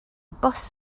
bws